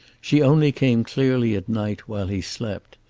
she only came clearly at night, while he slept.